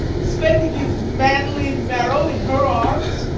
spending his manly marrow in her arms,